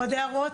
עוד הערות?